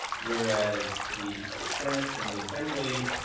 whereas the senate and the assembly,